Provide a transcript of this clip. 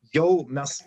jau mes